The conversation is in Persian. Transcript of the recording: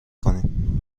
کنیم